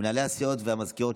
מנהלי הסיעות והמזכירות,